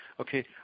okay